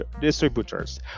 distributors